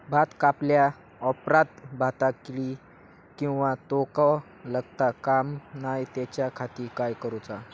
भात कापल्या ऑप्रात भाताक कीड किंवा तोको लगता काम नाय त्याच्या खाती काय करुचा?